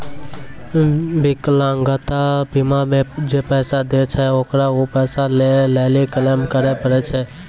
विकलांगता बीमा मे जे पैसा दै छै ओकरा उ पैसा लै लेली क्लेम करै पड़ै छै